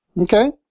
Okay